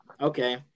okay